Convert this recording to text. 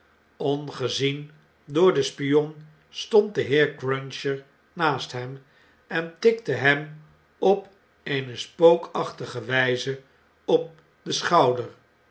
ongezien door den spion stond de heer cruncher naast hem en tikte hem op eene spookachtige wijze op den schouder